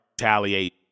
retaliate